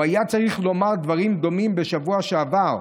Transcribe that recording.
הוא היה צריך לומר דברים דומים בשבוע שעבר,